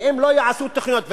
ואם לא יעשו תוכניות,